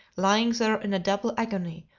lying there in a double agony,